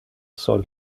sol